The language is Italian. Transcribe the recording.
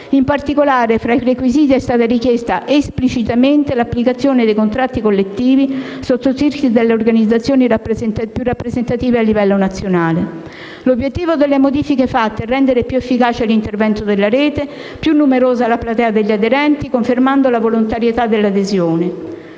In particolare fra i requisiti è stata richiesta esplicitamente l'applicazione dei contratti collettivi sottoscritti dalle organizzazioni più rappresentative a livello nazionale. L'obiettivo delle modifiche fatte è rendere più efficace l'intervento della Rete e più numerosa la platea degli aderenti confermando la volontarietà dell'adesione.